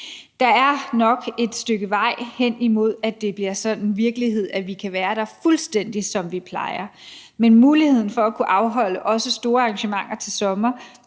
Der er nok et stykke vej hen imod, at det sådan bliver virkelighed, hvor vi kan være der fuldstændig, som vi plejer, men muligheden for at kunne afholde også store arrangementer til sommer